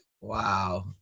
Wow